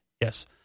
Yes